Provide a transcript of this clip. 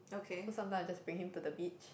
so sometime I just bring him to the beach